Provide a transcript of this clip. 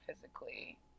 physically